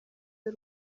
y’u